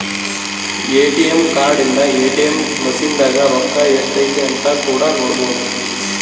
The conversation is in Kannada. ಎ.ಟಿ.ಎಮ್ ಕಾರ್ಡ್ ಇಂದ ಎ.ಟಿ.ಎಮ್ ಮಸಿನ್ ದಾಗ ರೊಕ್ಕ ಎಷ್ಟೈತೆ ಅಂತ ಕೂಡ ನೊಡ್ಬೊದು